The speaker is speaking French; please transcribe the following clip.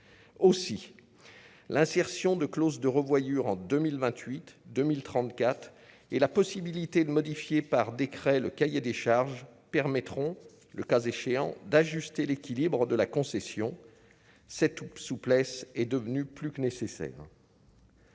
aussi l'insertion de clause de revoyure en 2028 2000 34 et la possibilité de modifier par décret le cahier des charges permettront, le cas échéant d'ajuster l'équilibre de la concession, cette souplesse est devenue plus que nécessaire.